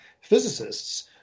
physicists